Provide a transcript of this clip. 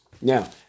Now